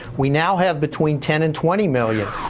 we now have between ten and twenty million.